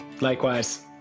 Likewise